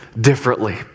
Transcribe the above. differently